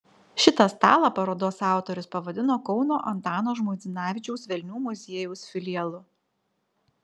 šitą stalą parodos autorius pavadino kauno antano žmuidzinavičiaus velnių muziejaus filialu